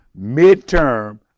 midterm